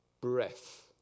breath